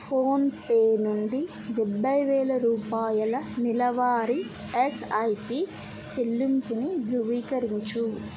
PhonePe నుండి డెబ్బైవేలరూపాయల నెలవారీ ఎస్ఐపి చెల్లింపుని ధృవీకరించు